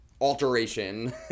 alteration